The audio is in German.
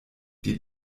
die